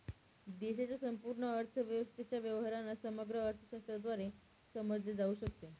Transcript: देशाच्या संपूर्ण अर्थव्यवस्थेच्या व्यवहारांना समग्र अर्थशास्त्राद्वारे समजले जाऊ शकते